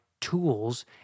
tools